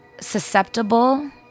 susceptible